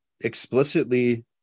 explicitly